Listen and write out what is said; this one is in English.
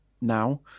now